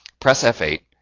press f eight.